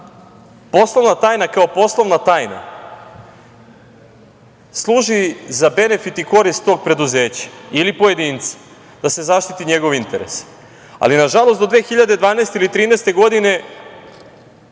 poslovna tajna kao poslovna tajna služi za benefit i korist tog preduzeća ili pojedinca, da se zaštiti njegov interes, ali, nažalost do 2012. ili 2013. godine,